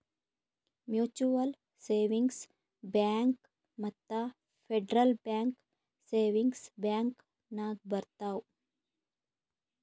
mutual savings bank ಮತ್ತ federal bank savings bank ನಾಗ್ ಬರ್ತಾವ್